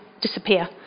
disappear